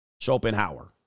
Schopenhauer